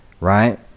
right